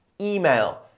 email